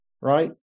right